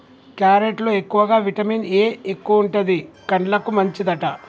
carrot లో ఎక్కువగా vitamin A ఎక్కువుంటది, కండ్లకు మంచిదట